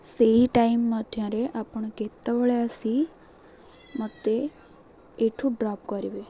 ସେଇ ଟାଇମ୍ ମଧ୍ୟରେ ଆପଣ କେତେବେଳେ ଆସି ମୋତେ ଏଠୁ ଡ୍ରପ୍ କରିବେ